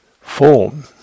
form